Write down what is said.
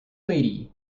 lady